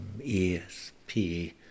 ESP